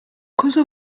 cosa